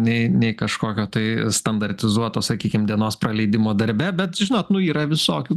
nei nei kažkokio tai standartizuoto sakykim dienos praleidimo darbe bet žinot nu yra visokių